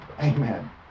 Amen